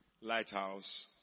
Lighthouse